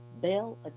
Bell